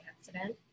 accident